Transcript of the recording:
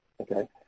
Okay